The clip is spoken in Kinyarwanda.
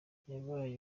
yabaye